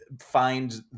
find